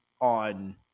on